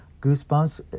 Goosebumps